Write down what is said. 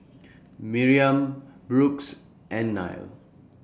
Miriam Brooks and Nile